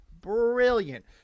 brilliant